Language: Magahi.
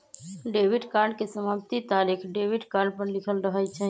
डेबिट कार्ड के समाप्ति तारिख डेबिट कार्ड पर लिखल रहइ छै